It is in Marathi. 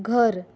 घर